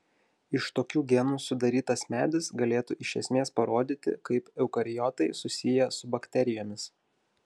iš tokių genų sudarytas medis galėtų iš esmės parodyti kaip eukariotai susiję su bakterijomis